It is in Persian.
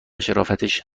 شرافتش